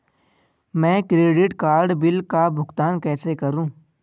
मैं credit card bill का भुगतान कैसे करूं?